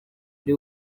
iri